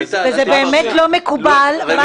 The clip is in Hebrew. באמת לא מקובל.